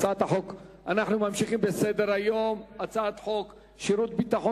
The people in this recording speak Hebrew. אנחנו ממשיכים בסדר-היום: הצעת חוק שירות ביטחון